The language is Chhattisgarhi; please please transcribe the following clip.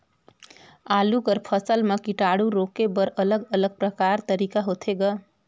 आलू कर फसल म कीटाणु रोके बर अलग अलग प्रकार तरीका होथे ग?